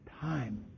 time